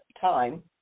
time